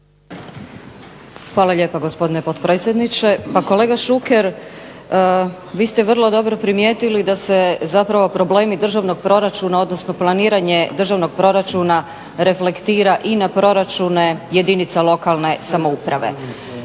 Hvala lijepo gospodine potpredsjedniče. Pa kolega Šuker, vi ste vrlo dobro primijetili da se zapravo problemi državnog proračuna odnosno planiranje državnog proračuna reflektira i na proračune jedinica lokalne samouprave.